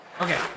Okay